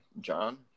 john